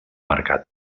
mercat